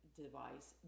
device